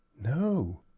No